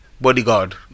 bodyguard